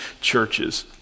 churches